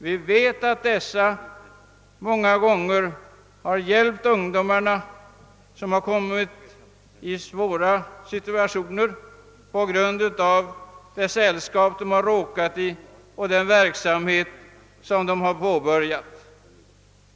Vi vet att dessa många gånger har hjälpt ungdomar som kommit i en svår situation på grund av det sällskap de råkat in i och den verksamhet som de påbörjat.